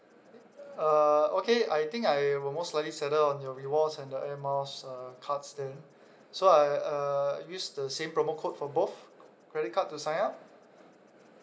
uh okay I think I will most likely settle on your rewards and the airmiles uh cards there so I uh use the same promo code for both credit card to sign up